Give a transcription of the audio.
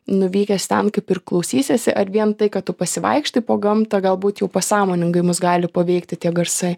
nuvykęs ten kaip ir klausysiesi ar vien tai kad tu pasivaikštai po gamtą galbūt jau pasąmoningai mus gali paveikti tie garsai